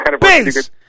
base